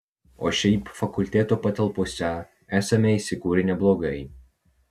o šiaip fakulteto patalpose esame įsikūrę neblogai